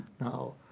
now